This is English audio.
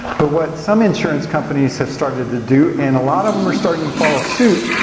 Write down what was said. but what some insurance companies have started to do, and a lot of them are starting to follow suit,